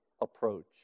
approach